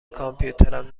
کامپیوترم